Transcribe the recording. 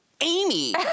Amy